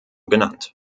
genannt